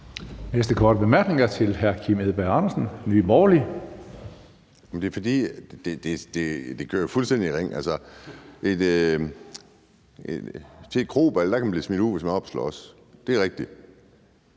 Næste korte bemærkning er til hr. Kim Edberg Andersen, Nye Borgerlige. Kl. 16:25 Kim Edberg Andersen (NB): Det er fordi, det kører fuldstændig i ring. Til et krobal kan man blive smidt ud, hvis man er oppe at slås – det er rigtigt.